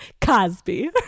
Cosby